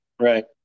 Right